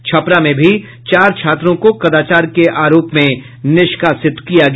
छपरा में भी चार छात्रों को कदाचार के आरोप में निष्कासित कर दिया गया